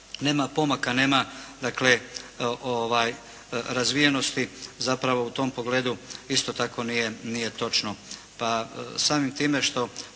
pomaka, nema dakle razvijenosti zapravo u tom pogledu isto tako nije točno. Pa, samim time što